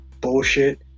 bullshit